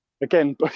Again